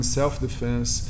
self-defense